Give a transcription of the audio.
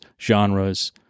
genres